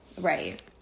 Right